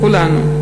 כולנו,